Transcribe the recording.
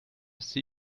see